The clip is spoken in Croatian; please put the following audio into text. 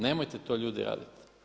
Nemojte to ljudi raditi.